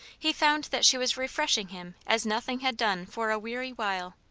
he found that she was refreshing him as nothing had done for a weary while.